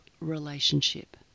relationship